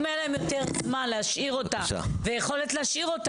אם היה להם יותר זמן להשאיר אותה ויכולת להשאיר אותה,